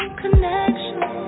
connection